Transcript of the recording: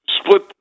split